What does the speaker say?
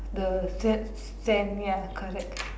the sa~ sand ya correct